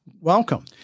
welcome